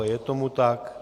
Je tomu tak?